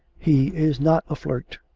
he is not a flirt.